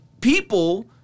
people